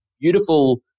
beautiful